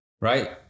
right